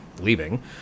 leaving